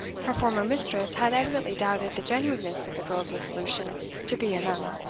her former mistress had evidently doubted the genuineness of the girl's resolution to be a nun,